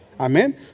Amen